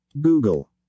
Google